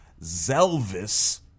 Zelvis